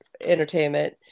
entertainment